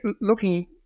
looking